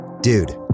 Dude